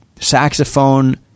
saxophone